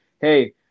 hey